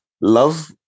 love